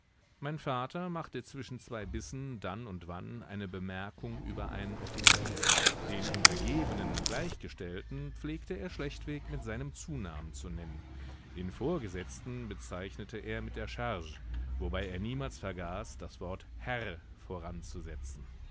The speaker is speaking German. mein vater machte zwischen zwei bissen dann und wann eine bemerkung über einen offizier den untergebenen und gleichgestellten pflegte er schlechtweg mit seinem zunamen zu nennen den vorgesetzten bezeichnete er mit der charge wobei er niemals vergaß das wort herr voran